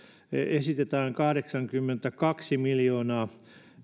esitetään kahdeksankymmentäkaksi miljoonaa